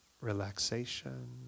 relaxation